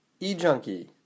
eJunkie